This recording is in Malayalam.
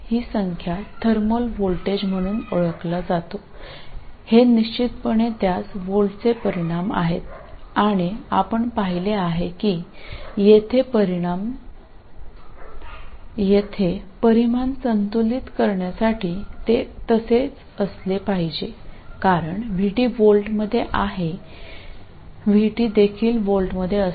ഈ സംഖ്യ kTq ഇത് തെർമൽ വോൾട്ടേജ് എന്നറിയപ്പെടുന്നു വ്യക്തമായും ഇതിന് വോൾട്ടുകളുടെ അളവുകൾ ഉണ്ട് ഇവിടെ അളവുകൾ സന്തുലിതമാക്കാൻ ഇത് അങ്ങനെയായിരിക്കണമെന്ന് നിങ്ങൾ കാണുന്നു കാരണം VD വോൾട്ടാണ് Vt യും വോൾട്ടിൽ ആയിരിക്കണം